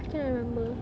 I cannot remember